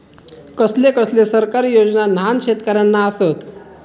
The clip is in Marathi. कसले कसले सरकारी योजना न्हान शेतकऱ्यांना आसत?